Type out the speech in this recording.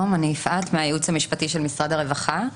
מהייעוץ המשפטי של משרד הרווחה.